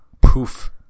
Poof